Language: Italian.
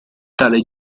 tale